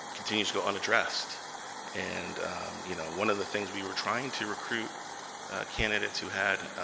continues to go unaddressed and you know one of the things we were trying to recruit candidates who had